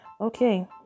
Okay